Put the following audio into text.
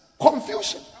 confusion